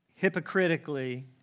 hypocritically